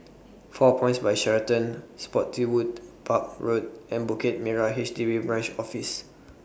four Points By Sheraton Spottiswoode Park Road and Bukit Merah H D B Branch Office